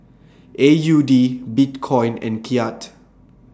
A U D Bitcoin and Kyat